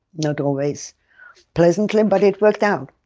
not always pleasantly, but it worked out.